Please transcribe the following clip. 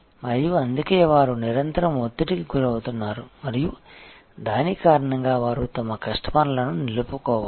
మరియు అందుకే వారు నిరంతరం ఒత్తిడికి గురవుతున్నారు మరియు దాని కారణంగా వారు తమ కస్టమర్లను నిలుపుకోవాలి